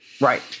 Right